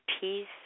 peace